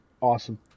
Awesome